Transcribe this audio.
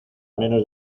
menos